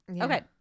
Okay